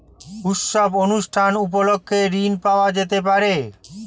উৎসব অনুষ্ঠান উপলক্ষে ঋণ পাওয়া যেতে পারে?